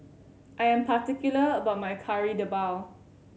I am particular about my Kari Debal